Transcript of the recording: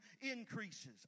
increases